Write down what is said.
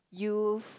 youth